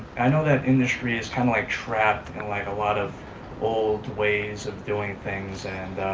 i know that industry is kind of like trapped like a lot of old ways of doing things. and,